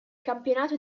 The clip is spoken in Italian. campionato